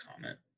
comment